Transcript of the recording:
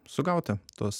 sugauti tuos